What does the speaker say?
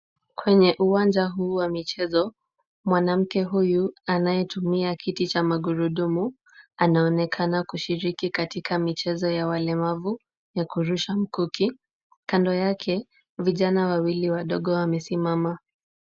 Kwenye uwanja huu wa michezo mwanamke huyu anayetumia kiti cha magurudumu anaonekana kushiriki katika michezo ya walemavu ya kurusha mkuki. Kando yake vijana wawili wadogo wamesimama.